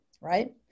right